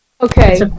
Okay